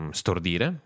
stordire